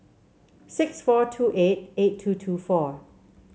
six four two eight eight two two four